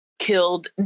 killed